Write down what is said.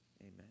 amen